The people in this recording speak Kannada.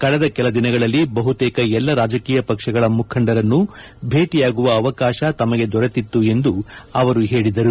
ಕಳೆದ ಕೆಲ ದಿನಗಳಲ್ಲಿ ಬಹುತೇಕ ಎಲ್ಲ ರಾಜಕೀಯ ಪಕ್ಷಗಳ ಮುಖಂಡರನ್ನು ಭೇಟಿಯಾಗುವ ಅವಕಾಶ ತಮಗೆ ದೊರೆತಿತ್ತು ಎಂದು ಅವರು ಹೇಳಿದರು